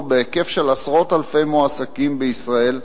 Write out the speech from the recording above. בהיקף של עשרות אלפי מועסקים בישראל,